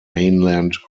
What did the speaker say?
mainland